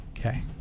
Okay